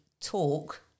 talk